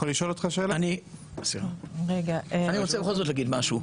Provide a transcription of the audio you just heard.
אני רוצה להגיד משהו.